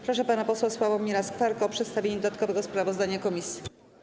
Proszę pana posła Sławomira Skwarka o przedstawienie dodatkowego sprawozdania komisji.